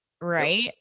right